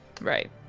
right